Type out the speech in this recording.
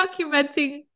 documenting